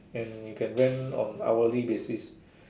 and you can rent on hourly basis